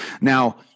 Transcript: Now